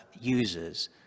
users